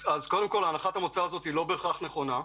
הנחת המוצא לא בהכרח נכונה.